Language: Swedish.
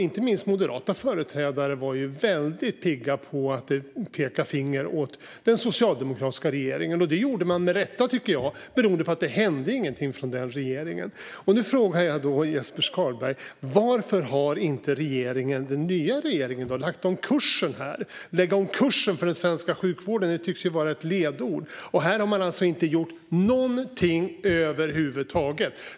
Inte minst moderata företrädare var väldigt pigga på att peka finger åt den socialdemokratiska regeringen - med rätta, tycker jag - eftersom det inte hände någonting. Nu frågar jag Jesper Skalberg Karlsson varför den nya regeringen inte har lagt om kursen på det här området. Att lägga om kursen för den svenska sjukvården tycks ju vara ledorden, men här har man alltså inte gjort någonting över huvud taget.